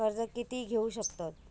कर्ज कीती घेऊ शकतत?